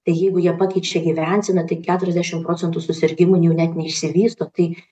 tai jeigu jie pakeičia gyvenseną tai keturiasdešim procentų susirgimų jau net neišsivysto tai